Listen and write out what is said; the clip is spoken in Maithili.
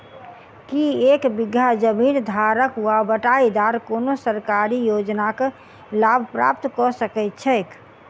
की एक बीघा जमीन धारक वा बटाईदार कोनों सरकारी योजनाक लाभ प्राप्त कऽ सकैत छैक?